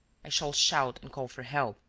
i shall shout and call for help,